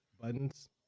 buttons